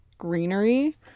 Greenery